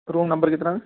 روم number کتنا میں